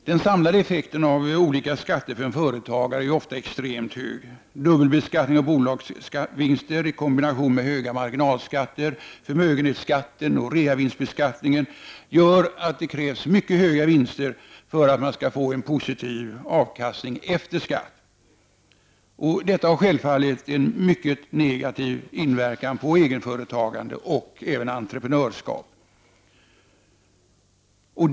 Den samlade effekten av olika skatter för en företagare är ofta extremt hög. Dubbelbeskattning av bolagsvinster i kombination med höga marginalskatter, förmögenhetsskatten och reavinstbeskattningen gör att det krävs mycket höga vinster för att man skall få en positiv avkastning efter skatt. Detta har självfallet en mycket negativ inverkan på egenföretagande och även entreprenörskap.